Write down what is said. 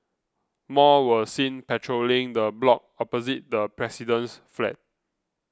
more were seen patrolling the block opposite the president's flat